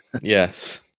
Yes